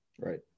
Right